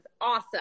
awesome